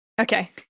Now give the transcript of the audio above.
Okay